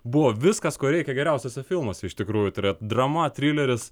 buvo viskas ko reikia geriausiuose filmuose iš tikrųjų turėt drama trileris